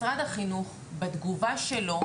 משרד החינוך בתגובה שלו,